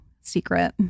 secret